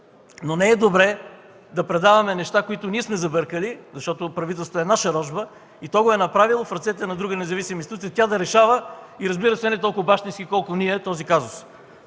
Не е добре да предаваме неща, които ние сме забъркали, защото правителството е наша рожба и то го е направило, в ръцете на друга независима институция – тя да решава този казус и, разбира се, не толкова бащински, колкото ние.